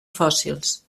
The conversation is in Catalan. fòssils